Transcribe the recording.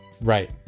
Right